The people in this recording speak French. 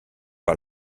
par